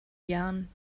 jahren